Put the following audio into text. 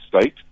state